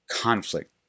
conflict